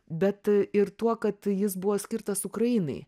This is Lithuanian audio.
bet ir tuo kad jis buvo skirtas ukrainai